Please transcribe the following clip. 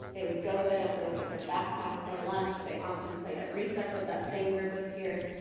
they would go there, that's where they put their backpack, their lunch, they often played at recess with that same group of peers.